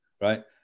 right